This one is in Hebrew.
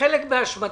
חלק באשמתי,